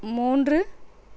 மூன்று